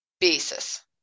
basis